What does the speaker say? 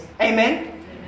Amen